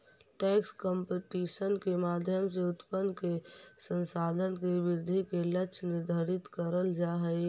tax competition के माध्यम से उत्पादन के संसाधन के वृद्धि के लक्ष्य निर्धारित करल जा हई